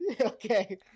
Okay